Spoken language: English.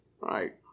Right